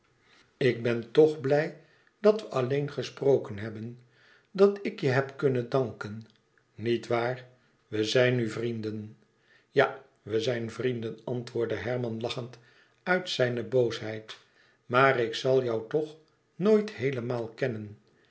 ik ben toch blij dat we alleen gesproken hebben dat ik je heb kunnen danken niet waar we zijn nu vrienden ja we zijn vrienden antwoordde herman lachend uit zijne boosheid maar ik zal jou toch nooit heelemaal kennen